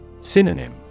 Synonym